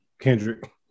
Kendrick